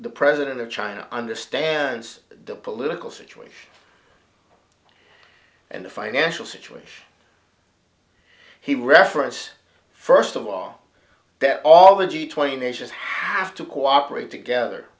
the president of china understands the political situation and the financial situation he referenced first of all that all the g twenty nations have to cooperate together